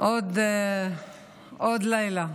עוד לילה.